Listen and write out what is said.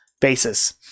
basis